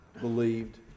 believed